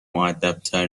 مودبتر